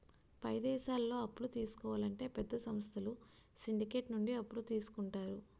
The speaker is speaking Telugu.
పై దేశాల్లో అప్పులు తీసుకోవాలంటే పెద్ద సంస్థలు సిండికేట్ నుండి అప్పులు తీసుకుంటారు